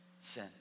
sin